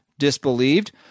disbelieved